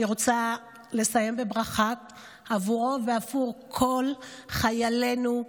אני רוצה לסיים בברכה עבורו ועבור כל חיילינו,